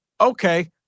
Okay